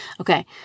Okay